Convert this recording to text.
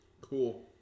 Cool